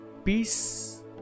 Peace